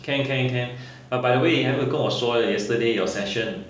can can can ah by the way 你还没有跟我说 leh yesterday your session